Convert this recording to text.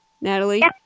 Natalie